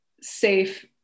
safe